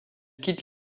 quitte